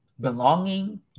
belonging